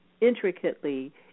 intricately